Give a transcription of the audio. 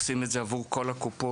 עושים את זה עבור כל הקופות,